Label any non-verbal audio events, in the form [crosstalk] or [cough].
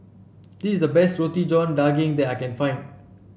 this is the best [unintelligible] john daging that I can find